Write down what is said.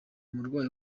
murwayi